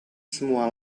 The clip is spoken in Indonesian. semua